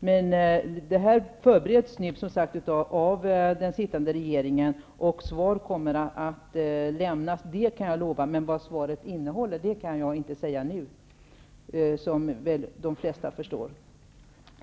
Frågan bereds av den sittande regeringen. Jag kan lova att svar kommer att lämnas. Men vad svaret skall innehålla kan jag inte säga nu -- som de flesta väl förstår.